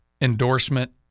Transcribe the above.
endorsement